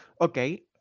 okay